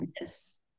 yes